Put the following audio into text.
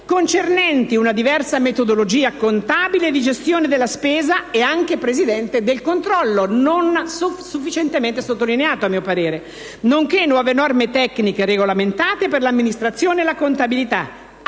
concernenti una diversa metodologia contabile di gestione della spesa e anche, signor Presidente, del controllo, a mio parere non sufficientemente sottolineato, nonché nuove norme tecniche regolamentate per l'amministrazione e la contabilità